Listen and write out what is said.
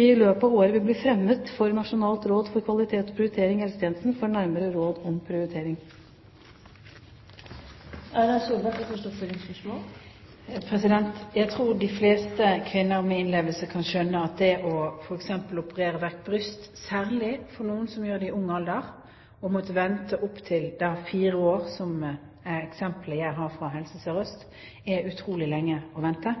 i løpet av året vil bli fremmet for Nasjonalt råd for kvalitet og prioritering i helsetjenesten for nærmere råd om prioritering. Jeg tror de fleste kvinner med innlevelse kan skjønne at det for en som må operere vekk et bryst, særlig i ung alder, og som så må vente i opptil fire år på rekonstruksjon, som er eksemplet jeg har fra Helse Sør-Øst, er utrolig lenge å vente.